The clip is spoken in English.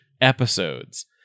episodes